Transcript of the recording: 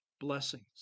blessings